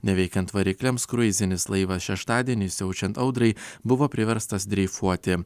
neveikiant varikliams kruizinis laivas šeštadienį siaučiant audrai buvo priverstas dreifuoti